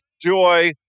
joy